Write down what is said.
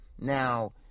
Now